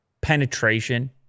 penetration